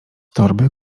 torby